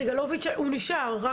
סגלוביץ' נשאר.